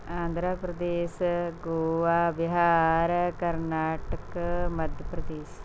Andhra Pradesh Goa Bihar Karnataka Madhya Pradesh